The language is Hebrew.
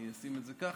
אני אשים את זה ככה,